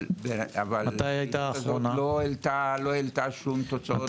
אבל הפעילות הזו לא העלתה שום תוצאות.